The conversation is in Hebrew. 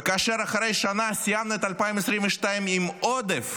וכאשר אחרי שנה סיימנו את שנת 2022 עם עודף,